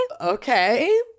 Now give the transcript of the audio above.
Okay